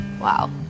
Wow